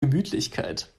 gemütlichkeit